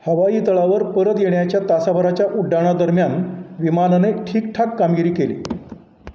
हवाई तळावर परत येण्याच्या तासाभराच्या उड्डाणादरम्यान विमानाने ठीकठाक कामगिरी केली